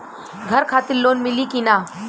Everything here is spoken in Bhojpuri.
घर खातिर लोन मिली कि ना?